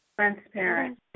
Transparent